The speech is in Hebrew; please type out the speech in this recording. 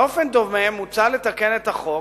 באופן דומה מוצע לתקן את החוק